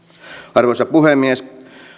arvoisa puhemies